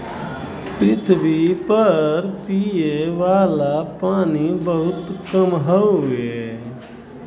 पृथवी पर पिए वाला पानी बहुत कम हउवे